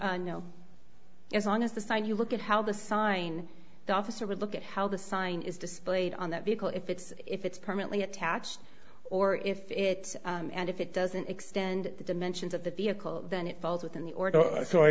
display as long as the sign you look at how the sign the officer would look at how the sign is displayed on that vehicle if it's if it's permanently attached or if it's and if it doesn't extend the dimensions of the vehicle then it falls within the order so i